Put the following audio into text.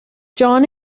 john